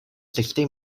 sixty